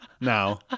Now